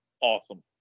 Awesome